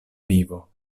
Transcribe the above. vivo